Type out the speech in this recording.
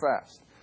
fast